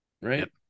right